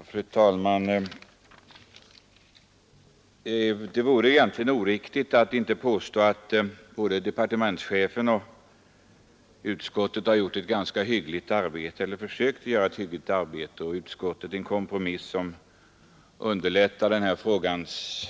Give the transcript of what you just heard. Fru talman! Det vore egentligen oriktigt att påstå att inte departementschefen har gjort ett ganska hyggligt arbete och att inte utskottet har gjort en kompromiss, som underlättar den här frågans